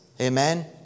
Amen